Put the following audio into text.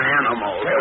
animals